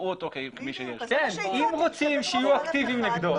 אם רוצים שיהיו אקטיביים נגדו.